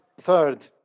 third